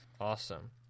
Awesome